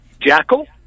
jackal